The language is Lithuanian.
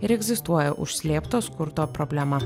ir egzistuoja užslėpto skurdo problema